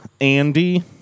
andy